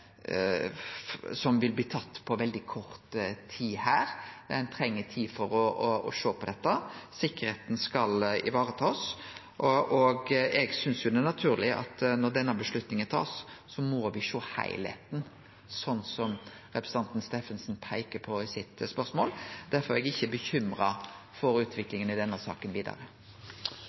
som vil bli tatt på veldig kort tid. Ein treng tid for å sjå på dette. Sikkerheita skal takast vare på, og eg synest det er naturleg at når denne avgjerda blir tatt, må me sjå heilskapen, slik representanten Steffensen peiker på i spørsmålet sitt. Derfor er eg ikkje bekymra for utviklinga i denne saka vidare.